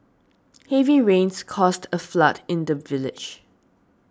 heavy rains caused a flood in the village